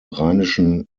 rheinischen